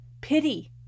pity